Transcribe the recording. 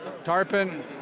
Tarpon